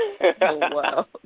wow